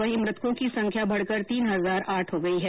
वहीं मृतकों की संख्या बढ़कर तीन हजार आठ हो गई है